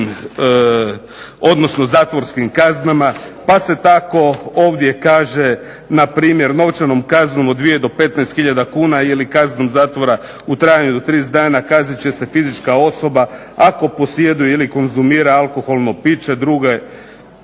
sa ovim zatvorskim kaznama, pa se tako ovdje kaže npr. novčanom kaznom od 2 do 15 hiljada kuna ili kaznom zatvora u trajanju 30 dana kaznit će se fizička osoba ako posjeduje ili konzumira alkoholno piće itd.